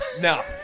No